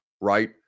right